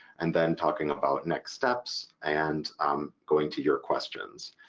and then talking about next steps and going to your questions.